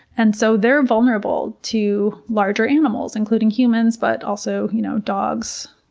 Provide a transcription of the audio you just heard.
and so they're vulnerable to larger animals, including humans, but also you know dogs.